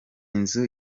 nzu